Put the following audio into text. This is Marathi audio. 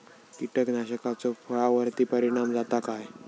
कीटकनाशकाचो फळावर्ती परिणाम जाता काय?